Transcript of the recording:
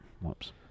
Whoops